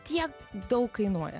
tiek daug kainuoja